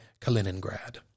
kaliningrad